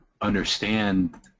understand